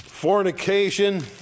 fornication